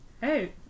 Hey